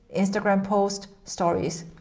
instagram post, stories.